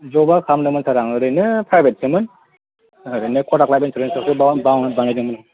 जबआ खालामदोंमोन सार आं ओरैनो प्राइभेटसोमोन ओरैनो कटाक लाइभ इन्सुरेन्स आवसो बा बानायदोंमोन